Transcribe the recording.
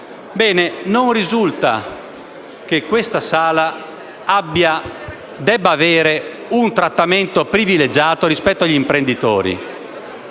Non risulta che suddetta sala debba avere un trattamento privilegiato rispetto agli imprenditori.